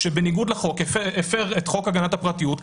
שבניגוד לחוק הפר את חוק הגנת הפרטיות,